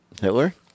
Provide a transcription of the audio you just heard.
Hitler